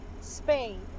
Spain